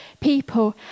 people